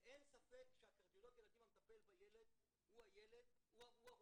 אין ספק שקרדיולוג ילדים שמטפל בילד הוא הרופא